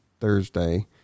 thursday